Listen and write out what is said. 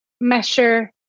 measure